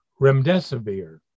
remdesivir